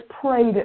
prayed